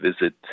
visit